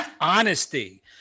Honesty